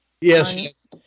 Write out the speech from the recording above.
Yes